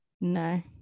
No